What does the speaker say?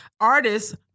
artists